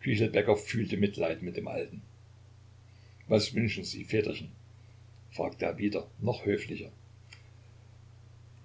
fühlte mitleid mit dem alten was wünschen sie väterchen fragte er wieder noch höflicher